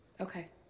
Okay